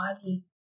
body